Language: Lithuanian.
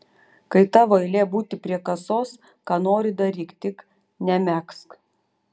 kai tavo eilė būti prie kasos ką nori daryk tik nemegzk